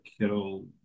Kettle